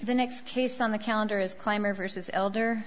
the next case on the calendar is climber versus elder